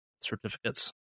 certificates